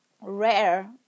rare